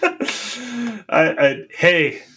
Hey